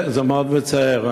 זה מאוד מצער.